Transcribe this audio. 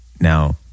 now